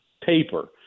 paper